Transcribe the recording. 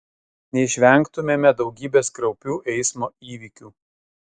neišvengtumėme daugybės kraupių eismo įvykių